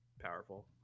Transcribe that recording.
powerful